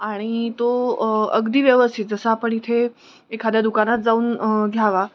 आणि तो अगदी व्यवस्थित जसं आपण इथे एखाद्या दुकानात जाऊन घ्यावा